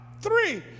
Three